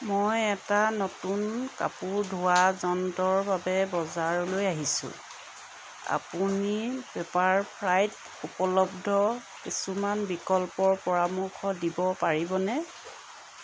মই এটা নতুন কাপোৰ ধোৱা যন্ত্ৰৰ বাবে বজাৰলৈ আহিছোঁ আপুনি পেপাৰফ্ৰাইত উপলব্ধ কিছুমান বিকল্পৰ পৰামৰ্শ দিব পাৰিবনে